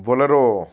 bolero